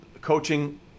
coaching